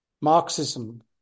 Marxism